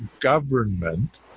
government